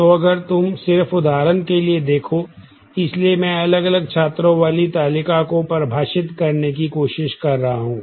तो अगर तुम सिर्फ उदाहरण के लिए देखो इसलिए मैं अलग अलग छात्रों वाली तालिका को परिभाषित करने की कोशिश कर रहा हूं